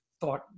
thought